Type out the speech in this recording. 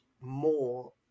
more